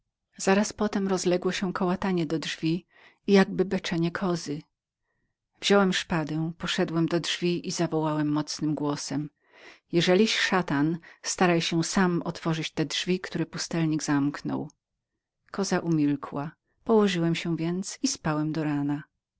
wkrótce potem usłyszałem kołatanie do drzwi i beczenie kozy wziąłem szpadę poszedłem do drzwi i zawołałem mocnym głosem jeżeliś szatan staraj się sam otworzyć te drzwi które pustelnik zamknął koza umilkła położyłem się i spałem aż do ranka